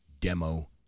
demo